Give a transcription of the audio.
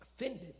Offended